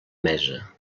mesa